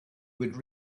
would